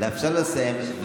לאפשר לו לסיים,